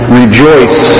rejoice